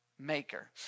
Maker